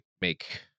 make